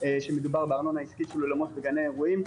כשמדובר בארנונה עסקית של אולמות וגני אירועים,